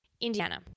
Indiana